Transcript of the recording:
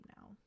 now